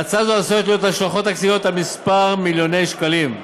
להצעה זו עשויות להיות השלכות תקציביות של כמה מיליוני שקלים.